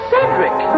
Cedric